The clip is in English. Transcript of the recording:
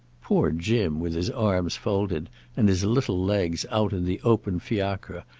poor jim, with his arms folded and his little legs out in the open fiacre,